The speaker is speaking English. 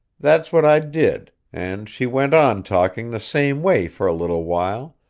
that's what i did, and she went on talking the same way for a little while,